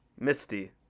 misty